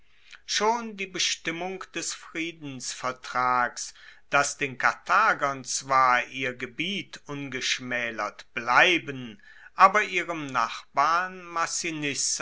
schon die bestimmung des friedensvertrags dass den karthagern zwar ihr gebiet ungeschmaelert bleiben aber ihrem nachbarn